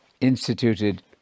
instituted